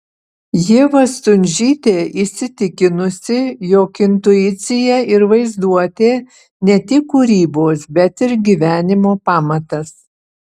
ieva stundžytė įsitikinusi jog intuicija ir vaizduotė ne tik kūrybos bet ir gyvenimo pamatas